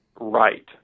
right